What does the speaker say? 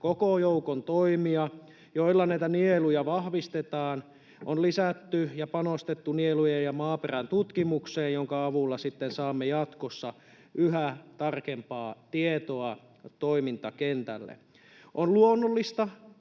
koko joukon toimia, joilla näitä nieluja vahvistetaan. On lisätty ja panostettu nielujen ja maaperän tutkimukseen, jonka avulla sitten saamme jatkossa yhä tarkempaa tietoa toimintakentälle. On luonnollista,